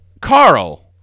Carl